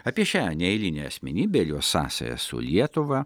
apie šią neeilinę asmenybę jos sąsajas su lietuva